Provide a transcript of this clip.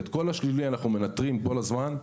ואת כל השלילי אנחנו מנטרים כל הזמן,